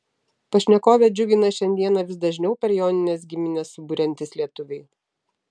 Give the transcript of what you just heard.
pašnekovę džiugina šiandieną vis dažniau per jonines giminę suburiantys lietuviai